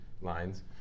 lines